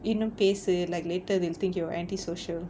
இன்னும் பேசு:innum pesu like later they'll think you're antisocial